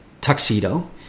tuxedo